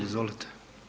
Izvolite.